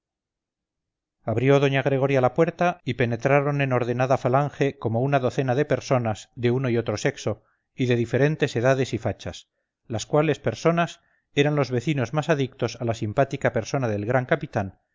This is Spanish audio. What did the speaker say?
abrió doña gregoria la puerta y penetraron en ordenada falange como una docena de personas de uno y otro sexo y de diferentes edades y fachas las cuales personas eran los vecinos más adictos a la simpática persona del gran capitán